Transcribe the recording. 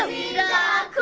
yeah.